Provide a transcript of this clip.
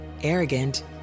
arrogant